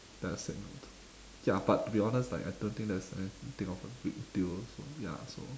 that I said no to ya but to be honest like I don't think there's anything of a big deal so ya so